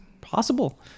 possible